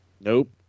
Nope